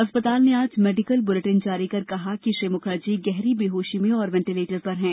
अस्पताल ने आज मेडिकल बुलेटिन जारी कर कहा श्री मुखर्जी गहरी बेहोशी में और वेंटीलेटर पर हैं